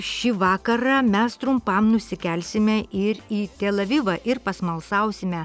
šį vakarą mes trumpam nusikelsime ir į tel avivą ir pasmalsausime